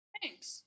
Thanks